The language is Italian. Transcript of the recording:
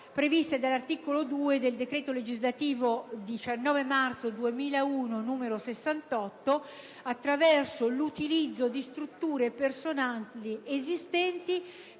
previsti dall'articolo 2 del decreto legislativo n. 68 del 19 marzo 2001, attraverso l'utilizzo di strutture e personale esistenti